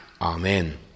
amen